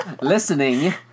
Listening